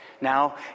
Now